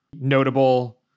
notable